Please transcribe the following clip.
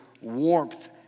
warmth